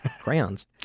Crayons